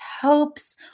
hopes